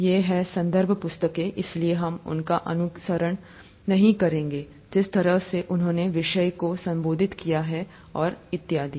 य़े हैं संदर्भ पुस्तकें इसलिए हम उनका अनुसरण नहीं करेंगे जिस तरह से उन्होंने विषय को संबोधित किया है और इत्यादि